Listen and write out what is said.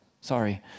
Sorry